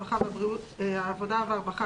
הרווחה והבריאות